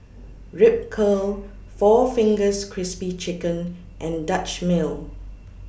Ripcurl four Fingers Crispy Chicken and Dutch Mill